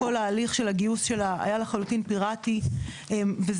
כל תהליך הגיוס שלה היה לחלוטין פיראטי וזה,